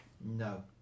No